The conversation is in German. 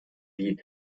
wie